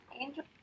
angel